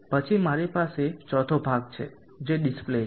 પછી મારી પાસે ચોથો ભાગ છે જે ડીસ્પ્લે છે